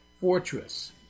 fortress